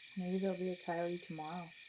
you know be a coyote tomorrow.